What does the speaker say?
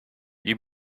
you